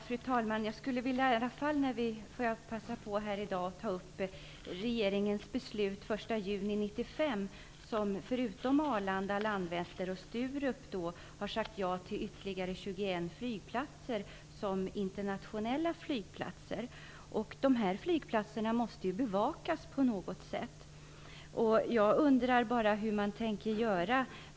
Fru talman! Jag skulle ändå vilja ta upp regeringens beslut den 1 juni 1995 som innebär att man förutom till Arlanda, Landvetter och Sturup har sagt ja till ytterligare 21 flygplatser som internationella flygplatser. Dessa flygplatser måste ju bevakas på något sätt. Jag undrar bara hur man tänker göra.